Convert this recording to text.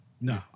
No